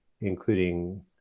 including